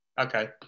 Okay